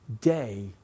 day